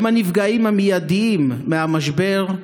הם הנפגעים המיידיים מהמשבר: